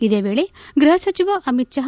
ಇದೇ ವೇಳೆ ಗೃಹ ಸಚಿವ ಅಮಿತ್ ಶಾ